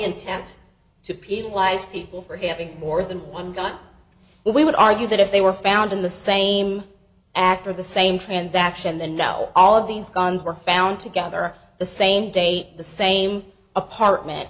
intent to penalize people for having more than one gun we would argue that if they were found in the same actor the same transaction the now all of these guns were found together the same date the same apartment